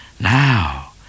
Now